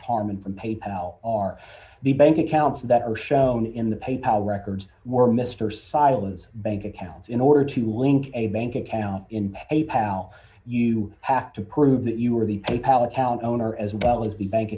harmon from pay pal are the bank accounts that are shown in the pay pal records mr silos bank accounts in order to link a bank account in a pow you have to prove that you were the pay pal account owner as well as the bank